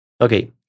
Okay